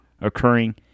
occurring